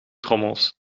trommels